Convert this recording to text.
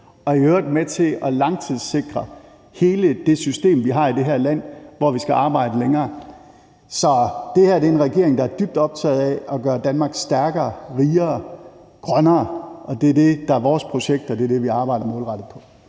og i øvrigt med til at langtidssikre hele det system, vi har i det her land, hvor vi skal arbejde længere. Så det her er en regering, der er dybt optaget af at gøre Danmark stærkere, rigere og grønnere. Det er det, der er vores projekt, og det er det, vi arbejder målrettet på.